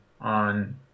on